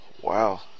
wow